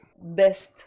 best